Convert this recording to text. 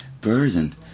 burden